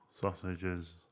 sausages